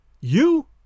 You